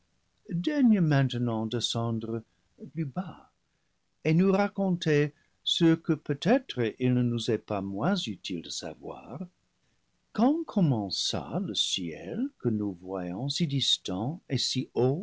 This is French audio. daigne maintenant descendre plus bas et nous raconter ce que peut être il ne nous est pas moins utile de savoir quand com mença le ciel que nous voyons si distant et si haut